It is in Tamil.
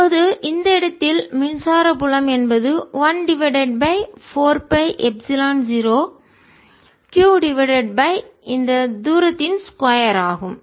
இப்போது இந்த இடத்தில் மின்சார புலம் என்பது 1 divided by 4 pi epsilon 0 q divided by இந்த தூரத்தின் ஸ்கொயர்ஆகும்